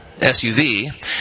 SUV